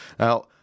Now